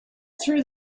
through